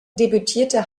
debütierte